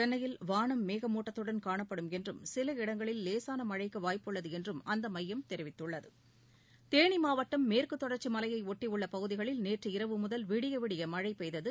சென்னையில் வானம் மேகமூட்டத்தடன் காணப்படும் என்றும் சில இடங்களில் லேசான மழைக்கு வாய்ப்புள்ளது என்றும் அந்த மையம் தெரிவித்துள்ளது தேனி மாவட்டம் மேற்கு தொடர்ச்சிமலையை ஒட்டியுள்ள பகுதிகளில் நேற்று இரவு முதல் விடிய விடிய மழை பெய்தது